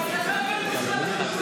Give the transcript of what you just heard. למה אצלכם אין